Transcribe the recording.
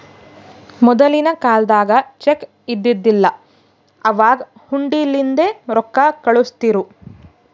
ಮೊದಲಿನ ಕಾಲ್ದಾಗ ಚೆಕ್ ಇದ್ದಿದಿಲ್ಲ, ಅವಾಗ್ ಹುಂಡಿಲಿಂದೇ ರೊಕ್ಕಾ ಕಳುಸ್ತಿರು